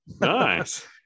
nice